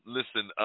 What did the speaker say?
listen